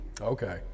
Okay